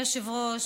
אדוני היושב-ראש,